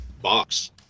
box